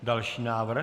Další návrh.